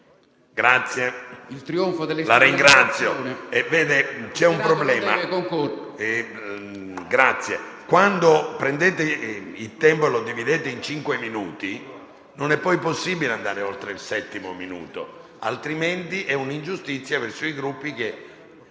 problema. Quando prendete il tempo e lo dividete in cinque minuti, non è poi possibile andare oltre il settimo minuto, altrimenti è un'ingiustizia verso i Gruppi che